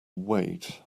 wait